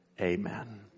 amen